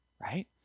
right